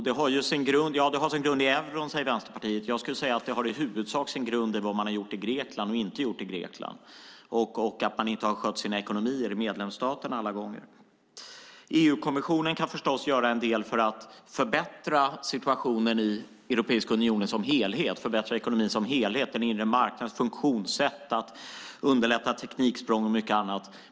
Det har sin grund i euron, säger Vänsterpartiet. Jag skulle vilja säga att det i huvudsak har sin grund i vad man har gjort och inte gjort i Grekland. Man har inte alla gånger skött sina ekonomier i medlemsstaterna. EU-kommissionen kan förstås göra en del för att förbättra situationen i Europeiska unionen som helhet. Den kan förbättra ekonomin som helhet och den inre marknadens funktionssätt. Den kan underlätta tekniksprång och mycket annat.